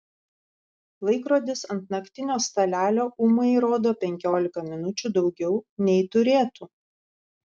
laikrodis ant naktinio stalelio ūmai rodo penkiolika minučių daugiau nei turėtų